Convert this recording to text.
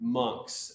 monks